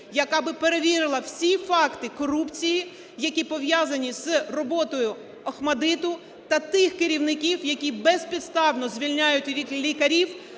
яка би перевірила всі факти корупції, які пов'язані з роботою "ОХМАТДИТу" та тих керівників, які безпідставно звільняють лікарів,